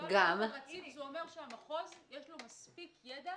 זה אומר שהמחוז, יש לו מספיק ידע